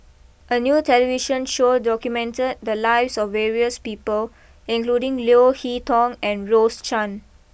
a new television show documented the lives of various people including Leo Hee Tong and Rose Chan